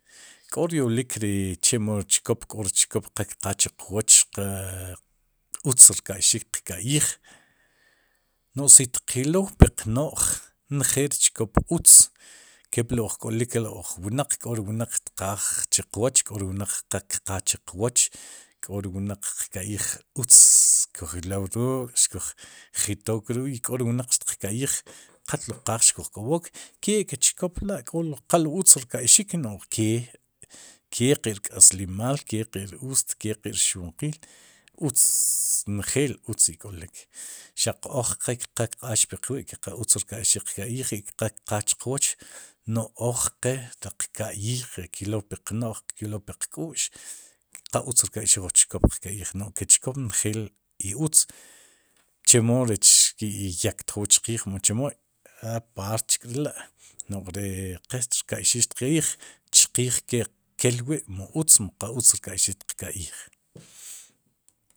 K'o ryolik ri chemo ri chkop k'o ri chkop qa qakqaaj chuq wooch, qa uztz rka'xik qka'yij, no si tyol puq no'j njeel ri chkop utz, kepli ujk'olik wnaq k'ori wnaq tqaaj chiqwoch k'ori wnaq qa tqaaj chiqwooch k'o ri wnaq utz kuj yool ruuk' xkujitook ruuk' i k'o ri wnaq xtiq ka'yij qatlo qaaj xkuj k'ob'ook k'ek'ke chkop la' k'olo qa utz rka'ixik n'oj kee rk'aslimaal ke qe' uus ke qe rxwinqiil utz njeel utz ik'olik xaq oj qe qa qal kaq'aax úqwi' ke qal utz rkaíxik, qka'yij i qal kqaaj chuq wooch, noj oj qe taq qka'yij, kyolow puq n'oj klow puq ku'x qa utz rka'xik wu chkop qka'yij no'ke chkop njeel iutz chemo ri xki'yactjook chqiij, mu chemo paart chke'la' no'j ri que qach xtiqka'yij chqiij kel ei'mu utz mu qa utz rka'ixik xtiq ka'yij.